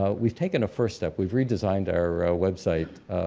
ah we've taken a first step. we've redesigned our website,